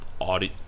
audio